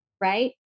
Right